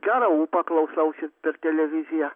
gero ūpą klausausi per televiziją